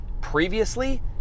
previously